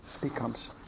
becomes